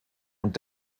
und